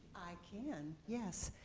i can, yes.